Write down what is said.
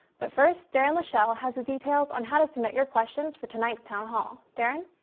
but first, darren lashelle has the details on how to submit your questions for tonight's town hall. darren?